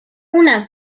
una